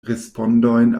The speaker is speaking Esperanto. respondojn